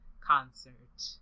concert